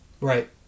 Right